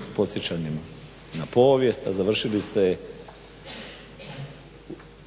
s podsjećanjem na povijest, a završili ste je